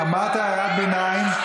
אמרת הערת ביניים,